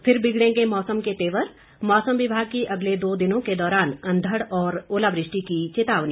फिर बिगड़ेंगे मौसम के तेवर मौसम विभाग की अगले दो दिनों के दौरान अंधड़ और ओलावृष्टि की चेतावनी